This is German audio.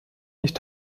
nicht